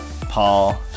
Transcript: Paul